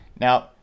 now